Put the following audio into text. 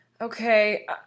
Okay